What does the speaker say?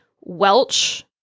Welch